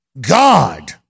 God